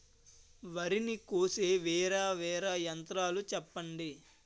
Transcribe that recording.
వరి ని కోసే వేరా వేరా యంత్రాలు చెప్పండి?